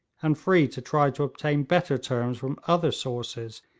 and free to try to obtain better terms from other sources,